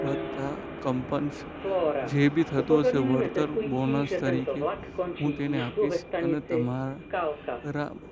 વત્તા કંપન્સ જે બી થતું હશે વળતર બોનસ તરીકે હું તેને આપીશ અને તમાર રા